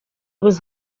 was